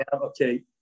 okay